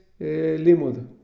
Limud